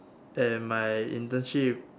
and my internship